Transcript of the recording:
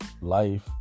Life